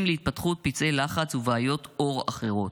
להתפתחות פצעי לחץ ובעיות עור אחרות.